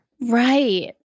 Right